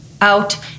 out